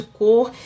cor